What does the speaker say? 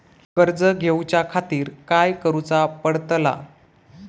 कर्ज घेऊच्या खातीर काय करुचा पडतला?